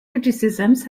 criticisms